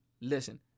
Listen